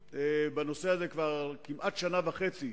לסדר-היום.